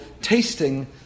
tasting